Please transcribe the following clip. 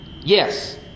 Yes